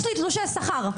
יש לי תלושי שכר.